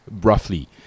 roughly